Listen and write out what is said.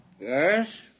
Yes